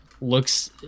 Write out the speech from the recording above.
looks